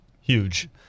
Huge